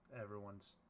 everyone's